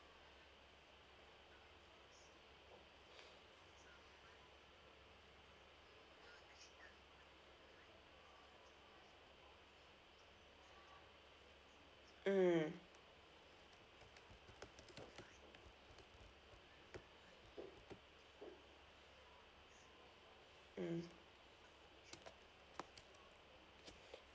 mm mm